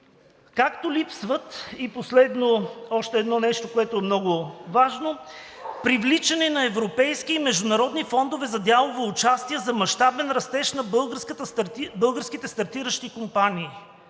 Както липсват – последно още едно нещо, което е много важно, привличане на европейски и международни фондове за дялово участие за мащабен растеж на българските стартиращи компании.